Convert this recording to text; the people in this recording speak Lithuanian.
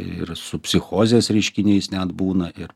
ir su psichozės reiškiniais net būna ir